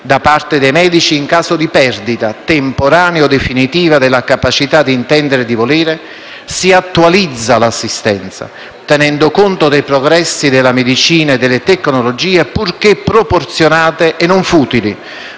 da parte dei medici, in caso di perdita, temporanea o definitiva, della capacità di intendere e di volere; si attualizza l'assistenza, tenendo conto dei progressi della medicina e delle tecnologie, purché proporzionate e non futile,